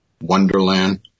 wonderland